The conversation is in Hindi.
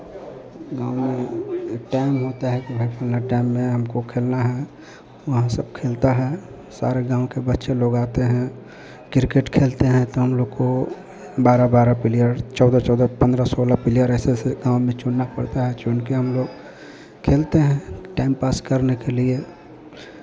गाँव में एक टाइम होता है कि भाई इतना टाइम में हमको खेलना है वहाँ सब खेलता है सारे गाँव के बच्चे लोग आते हैं किर्केट खेलते हैं तो हम लोग को बारह बारह प्लेयर चौदह चौदह पन्द्रह सोलह प्लेयर ऐसे ऐसे गाँव में चुनना पड़ता है चुन के हम लोग खेलते हैं टाइम पास करने के लिए